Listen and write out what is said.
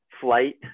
flight